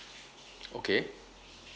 okay